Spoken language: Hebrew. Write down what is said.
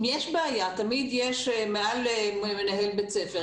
אם יש בעיה, תמיד יש מעל את מנהל בית הספר.